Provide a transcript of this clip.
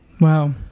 Wow